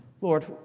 Lord